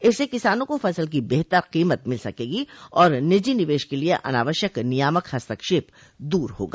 इससे किसानों को फसल की बेहतर कीमत मिल सकेगी और निजी निवेश के लिए अनावश्यक नियामक हस्तक्षेप दूर होगा